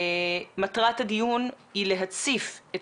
מטרת הדיון היא להציף את